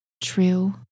true